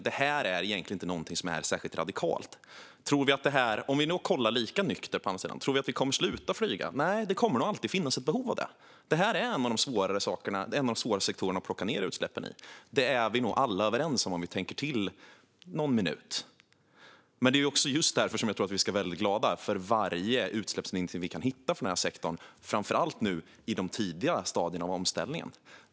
Det här är egentligen inte någonting som är särskilt radikalt. Om vi kollar lika nyktert på den här sektorn, tror vi då att vi kommer att sluta flyga? Nej, det kommer nog alltid att finnas ett behov av det. Det här är en av de sektorer där det är svårast att få ned utsläppen. Det är vi nog alla överens om, om vi tänker till någon minut. Det är just därför som jag tror att vi ska vara väldigt glada för varje utsläppsminskning vi kan hitta för den här sektorn, framför allt i de tidiga stadierna av omställningen.